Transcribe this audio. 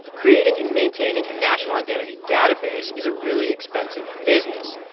creating and maintaining a national identity database is a really expensive business.